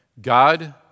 God